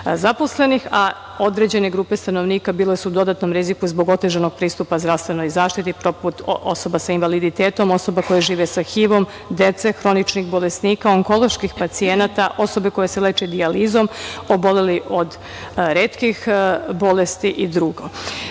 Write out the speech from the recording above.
zaposlenih, a određene grupe stanovnika bile su u dodatnom riziku zbog otežanog pristupa zdravstvenoj zaštiti, poput osoba sa invaliditetom, osoba koje žive sa HIV-om, dece hroničnih bolesnika, onkoloških pacijenata, osoba koje se leče dijalizom, oboleli od retkih bolesti i